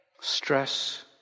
stress